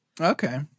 Okay